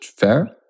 fair